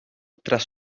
tras